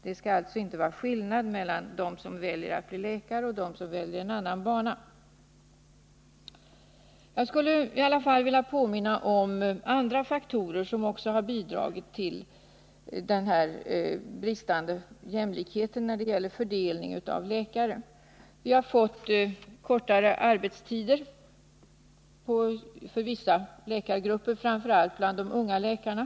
Det skall alltså inte vara någon skillnad mellan dem som väljer att bli läkare och dem som väljer en annan bana. Jag vill emellertid påminna om andra faktorer som också har bidragit till den bristande jämlikheten när det gäller fördelning av läkare. Vi har fått kortare arbetstider för vissa läkargrupper, framför allt för de unga läkarna.